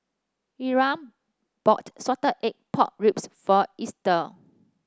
Era bought Salted Egg Pork Ribs for Ester